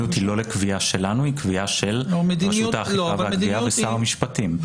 היא לא קביעה שלנו אלא של רשות האכיפה והגבייה ושר המשפטים.